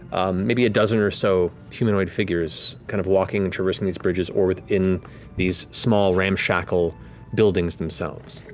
maybe a dozen or so humanoid figures, kind of walking and traversing these bridges or within these small ramshackle buildings themselves.